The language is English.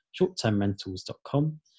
shorttermrentals.com